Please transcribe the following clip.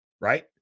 right